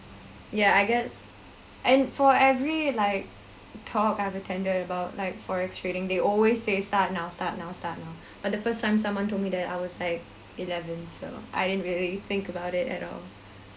ya I guess and for every like talk I've attended about like forex trading they always say start now start now start now but the first time someone told me that I was like eleven so I didn't really think about it at all